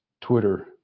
Twitter